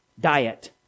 diet